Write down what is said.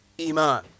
Iman